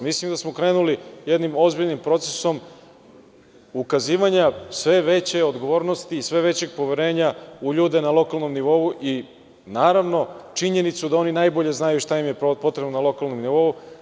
Mislim da smo krenuli jednim ozbiljnim procesom ukazivanja sve veće odgovornosti i sve većeg poverenja u ljude na lokalnom nivou i naravno činjenicu da oni najbolje znaju šta im je potrebno na lokalnom nivou.